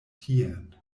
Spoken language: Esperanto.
tien